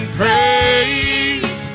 praise